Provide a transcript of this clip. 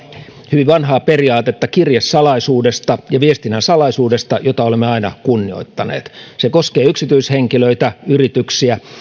hyvin vanhaa periaatetta kirjesalaisuudesta ja viestinnän salaisuudesta jota olemme aina kunnioittaneet se koskee yksityishenkilöitä yrityksiä